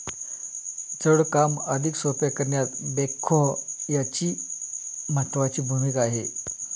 जड काम अधिक सोपे करण्यात बेक्हो यांची महत्त्वाची भूमिका आहे